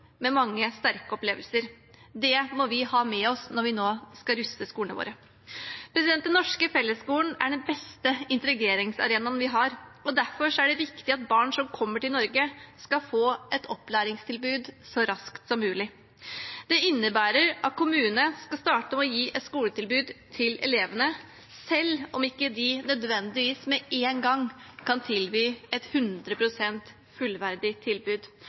med mange sterke opplevelser. Det må vi ha med oss når vi nå skal ruste skolene våre. Den norske fellesskolen er den beste integreringsarenaen vi har, og derfor er det viktig at barn som kommer til Norge, skal få et opplæringstilbud så raskt som mulig. Det innebærer at kommunene skal starte med å gi et skoletilbud til elevene, selv om de ikke nødvendigvis med én gang kan tilby et 100 pst. fullverdig tilbud.